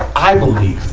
i believed,